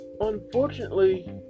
Unfortunately